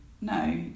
no